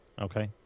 Okay